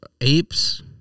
Apes